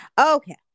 okay